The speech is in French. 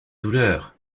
douleur